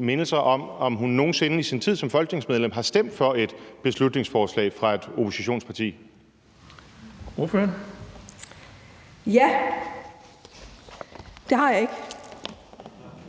mindelser om, at hun nogen sinde i sin tid som folketingsmedlem har stemt for et beslutningsforslag fra et oppositionsparti.